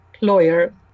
lawyer